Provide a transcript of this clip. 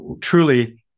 truly